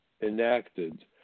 enacted